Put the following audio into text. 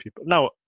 Now